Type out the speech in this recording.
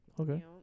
okay